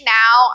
now